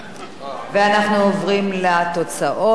אנחנו עוברים לתוצאות: בעד,